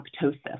apoptosis